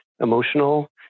emotional